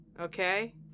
Okay